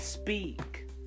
speak